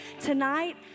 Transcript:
Tonight